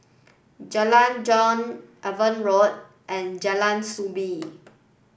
Jalan Jong Avon Road and Jalan Soo Bee